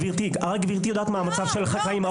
גברתי יודעת מה המצב של החקלאים.